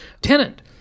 tenant